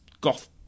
goth